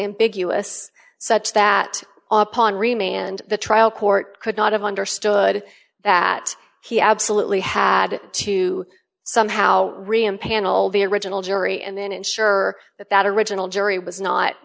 ambiguous such that upon remain and the trial court could not have understood that he absolutely had to somehow re empanel the original jury and then ensure that that original jury was not